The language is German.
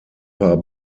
paar